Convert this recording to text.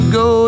go